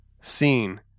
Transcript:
seen